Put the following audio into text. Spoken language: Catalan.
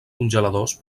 congeladors